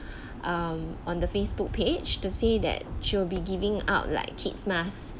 um on the Facebook page to say that she will be giving out like kid's mask